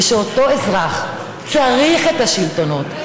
וכשאותו אזרח צריך את השלטונות,